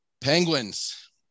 Penguins